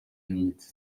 limits